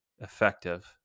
effective